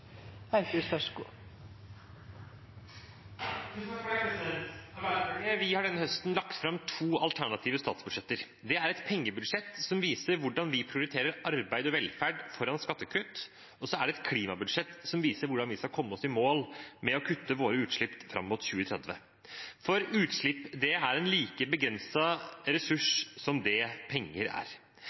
et pengebudsjett, som viser hvordan vi prioriterer arbeid og velferd foran skattekutt, og så er det et klimabudsjett, som viser hvordan vi skal komme oss i mål med å kutte våre utslipp fram mot 2030. Utslippskutt er en like begrenset ressurs som det penger er.